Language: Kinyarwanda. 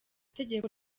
tegeko